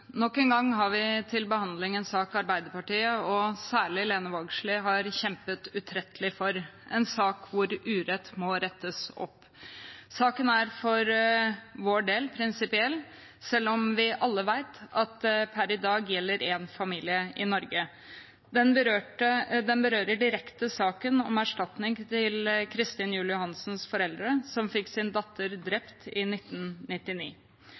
Nok en gang har vi til behandling en sak Arbeiderpartiet, og særlig Lene Vågslid, har kjempet utrettelig for – en sak hvor urett må rettes opp. Saken er for vår del prinsipiell, selv om vi alle vet at den per i dag gjelder én familie i Norge. Den berører direkte saken om erstatning til Kristin Juel Johannessens foreldre, som fikk sin datter drept i 1999